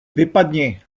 vypadni